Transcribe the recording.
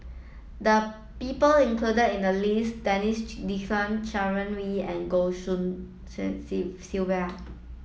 the people included in the list Denis D'Cotta Sharon Wee and Goh Tshin En Sylvia